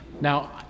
Now